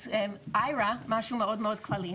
אז Ayra משהו מאוד מאוד כללי,